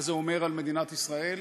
מה זה אומר על מדינת ישראל?